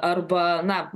arba na